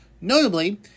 Notably